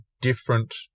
different